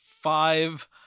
five